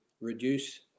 reduce